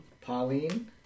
Pauline